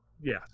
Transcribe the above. Yes